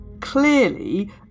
Clearly